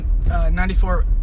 94